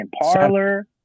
Parlor